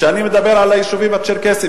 כשאני מדבר על היישובים הצ'רקסיים,